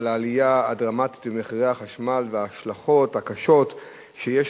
על העלייה הדרמטית במחירי החשמל וההשלכות הקשות שיש